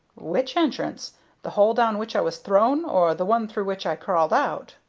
which entrance the hole down which i was thrown, or the one through which i crawled out?